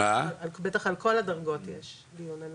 זה בטח על כל הדרגות יש דיון.